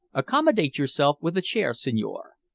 accommodate yourself with a chair, signore.